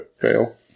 Fail